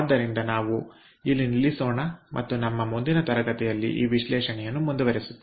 ಆದ್ದರಿಂದ ನಾವು ಇಲ್ಲಿ ನಿಲ್ಲಿಸೋಣ ಮತ್ತು ನಮ್ಮ ಮುಂದಿನ ತರಗತಿಯಲ್ಲಿ ಈ ವಿಶ್ಲೇಷಣೆಯನ್ನು ಮುಂದುವರಿಸುತ್ತೇವೆ